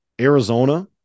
Arizona